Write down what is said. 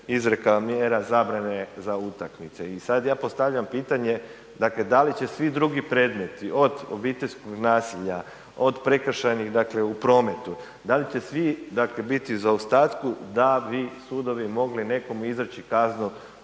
izreka mjera zabrane za utakmice i sad ja postavljam pitanje dakle da li će svi drugi predmeti od obiteljskog nasilja od prekršajnih dakle u prometu, da li će svi biti u zaostatku da bi sudovi mogli nekom izreći kaznu